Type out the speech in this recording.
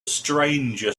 stranger